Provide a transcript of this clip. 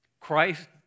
Christ